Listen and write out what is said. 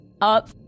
up